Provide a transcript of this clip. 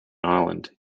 ireland